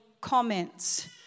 comments